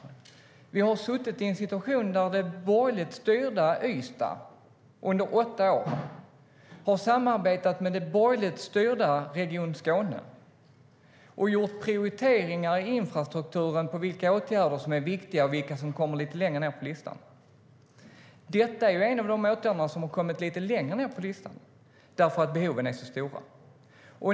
Vi har suttit i en situation där det borgerligt styrda Ystad under åtta år har samarbetat med det borgerligt styrda Region Skåne och gjort prioriteringar i infrastrukturen av vilka åtgärder som är viktiga och vilka som kommer lite längre ned på listan. Detta är en av de åtgärder som har kommit längre ned på listan därför att behoven är så stora.